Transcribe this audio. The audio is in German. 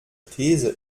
these